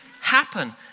happen